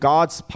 God's